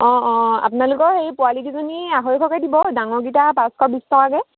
অঁ অঁ আপোনালোকৰ সেই পোৱালিকেইজনী আঢ়ৈশকৈ দিব ডাঙৰকেইটা পাঁচশ বিছ টকাকৈ